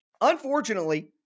Unfortunately